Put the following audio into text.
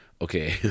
okay